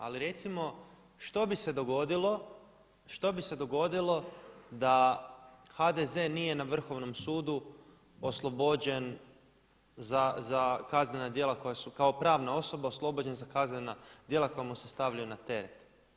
Ali recimo što bi se dogodilo, što bi se dogodilo da HDZ nije na vrhovnom sudu oslobođen za kaznena djela koja su kao pravna osoba oslobođen za kaznena djela koja mu se stavljaju na teret.